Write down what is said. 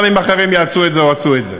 גם אם אחרים יעשו את זה או עשו את זה.